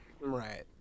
right